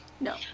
No